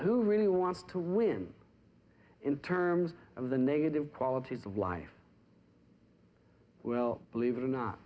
who really wants to win in terms of the negative qualities of life well believe it or not